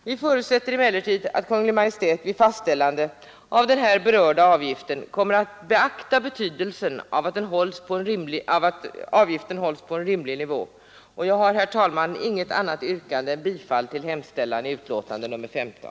Vi förutsätter emellertid att Kungl. Maj:t vid fastställandet av den här berörda avgiften kommer att beakta betydelsen av att den hålls på en rimlig nivå, och jag har, herr talman, intet annat yrkande än om bifall till hemställan i utbildningsutskottets betänkande nr 15.